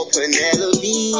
Penelope